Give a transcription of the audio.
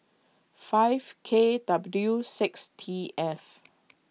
five K W six T F